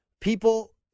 people